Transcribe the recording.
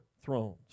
thrones